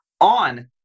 on